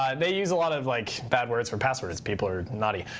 um they use a lot of like bad words for passwords. people are naughty.